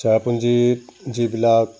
চেৰাপুঞ্জীত যিবিলাক